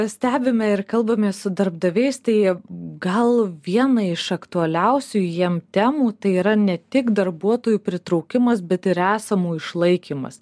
stebime ir kalbamės su darbdaviais tai gal viena iš aktualiausių jiem temų tai yra ne tik darbuotojų pritraukimas bet ir esamų išlaikymas